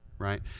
Right